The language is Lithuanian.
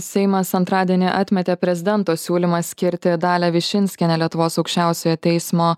seimas antradienį atmetė prezidento siūlymą skirti dalią višinskienę lietuvos aukščiausiojo teismo